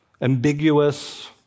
ambiguous